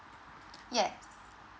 yes